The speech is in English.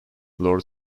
lord